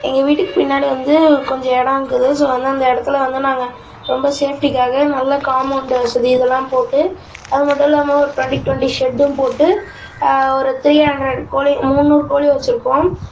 எங்கள் வீட்டுக்கு பின்னாடி வந்து கொஞ்சம் இடம் இருக்குது ஸோ வந்து அந்த இடத்துல வந்து நாங்கள் ரொம்ப சேஃப்ட்டிக்காக நல்லா காம்மோண்டு வசதி இதெல்லாம் போட்டு அது மட்டும் இல்லாமல் ஒரு டுவெண்ட்டிக்கு டுவெண்ட்டி ஷெட்டும் போட்டு ஒரு த்ரீ ஹண்ட்ரட் கோழி முந்நூறு கோழி வெச்சிருக்கோம்